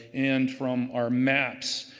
and from our maps,